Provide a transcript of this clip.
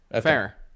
fair